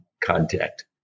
contact